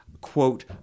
quote